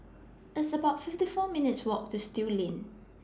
It's about fifty four minutes' Walk to Still Lane